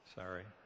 sorry